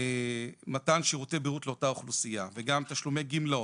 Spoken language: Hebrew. מתן שירותי בריאות לאותה אוכלוסייה וגם תשלומי גמלאות,